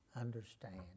understand